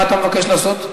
מה אתה מבקש לעשות?